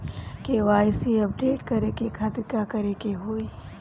KYC update करे के खातिर का करे के होई?